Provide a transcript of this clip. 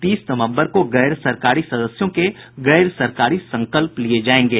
तीस नवम्बर को गैर सरकारी सदस्यों के गैर सरकारी संकल्प लिये जायेंगे